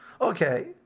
Okay